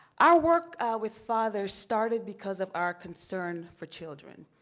our work with fathers started because of our concern for children.